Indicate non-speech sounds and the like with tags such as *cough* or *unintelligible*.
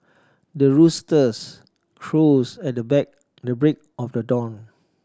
the roosters crows at *unintelligible* the break of the dawn